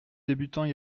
débutants